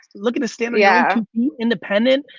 looking to stay yeah yeah independent,